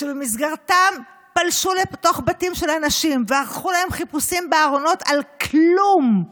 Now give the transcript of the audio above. שבמסגרתם פלשו לתוך בתים של אנשים וערכו להם חיפושים בארונות על כלום,